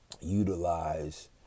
utilize